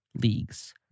leagues